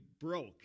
broke